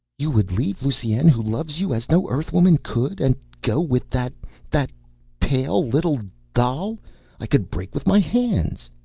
you would leave lusine, who loves you as no earthwoman could, and go with that that pale little doll i could break with my hands?